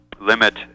limit